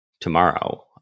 tomorrow